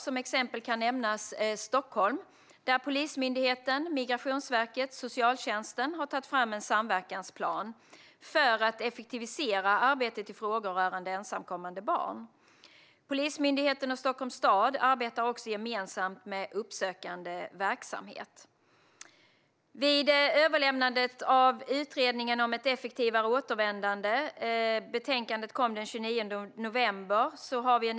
Som exempel kan nämnas Stockholm, där Polismyndigheten, Migrationsverket och socialtjänsten har tagit fram en samverkansplan för att effektivisera arbetet i frågor rörande ensamkommande barn. Polismyndigheten och Stockholms stad arbetar också gemensamt med uppsökande verksamhet. Utredningen om ett effektivare återvändande överlämnade sitt betänkande den 29 november.